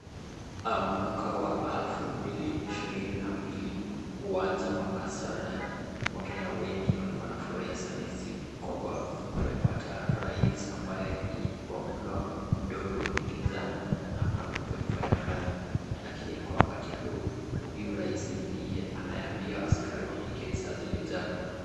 Mwaka wa alfu mbili ishirini na mbili, uwanja wa Kasarani. Wakenya wengi walikua wanafurahia sana hii siku, kwamba wamepata rais ambaye ndiye kwa muhula mdogo ni kijana na ako na nguvu ya kufanya kazi, lakini kwa wakati huu, huyu rais ndiye anayeambia askari wapige risasi vijana.